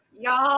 Y'all